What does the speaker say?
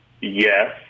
yes